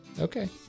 Okay